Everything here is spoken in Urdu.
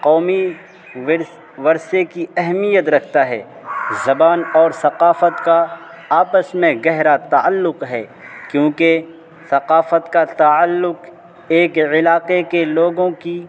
قومی ورثہ ورثے کی اہمیت رکھتا ہے زبان اور ثقافت کا آپس میں گہرا تعلق ہے کیونکہ ثقافت کا تعلق ایک علاقے کے لوگوں کی